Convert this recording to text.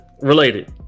related